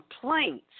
Complaints